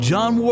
John